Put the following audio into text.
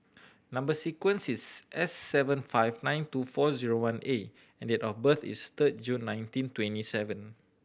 number sequence is S seven five nine two four zero one A and the date of birth is third June nineteen twenty seven